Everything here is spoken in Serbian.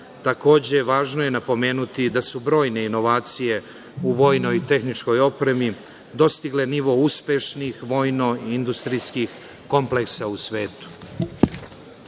Takođe, važno je napomenuti da su brojne inovacije u vojnoj i tehničkoj opremi dostigle nivo uspešnih vojno-industrijskih kompleksa u